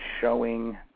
showing